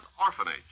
orphanage